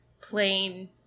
plain